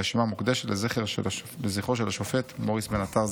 הרשימה מוקדשת לזכרו של השופט מוריס בן-עטר,